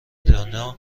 دنیا